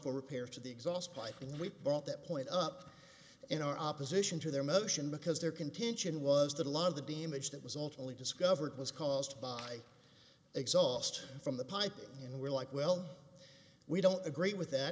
for repairs to the exhaust pipe and we brought that point up in our opposition to their motion because their contention was that a lot of the damage that was ultimately discovered was caused by the exhaust from the piping and we're like well we don't agree with that